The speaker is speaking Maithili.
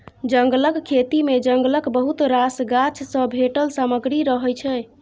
जंगलक खेती मे जंगलक बहुत रास गाछ सँ भेटल सामग्री रहय छै